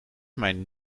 mijn